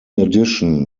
addition